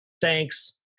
Thanks